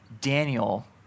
Daniel